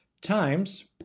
times